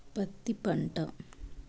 పత్తి పంట